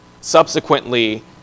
subsequently